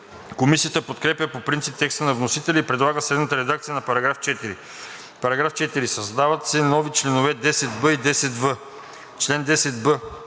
Комисията подкрепя по принцип текста на вносителя и предлага следната редакция на § 4: „§ 4. Създават се нови чл. 10б и 10в: „Чл. 10б.